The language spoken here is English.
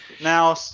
Now